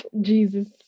Jesus